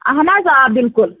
اَہَن حظ آ بِلکُل